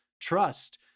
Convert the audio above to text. trust